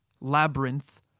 labyrinth